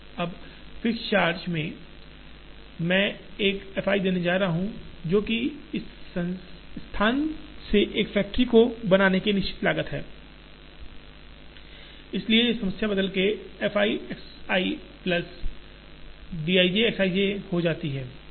अब fixed charge में मैं एक f i देने जा रहा हूं जो कि इस स्थान से एक फैक्ट्री बनाने की निश्चित लागत है इसलिए समस्या बदलकर f i Y i plus d i j X i j हो जाती है